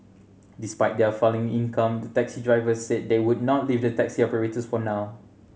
despite their falling income the taxi drivers said they would not leave the taxi operators for now